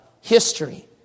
history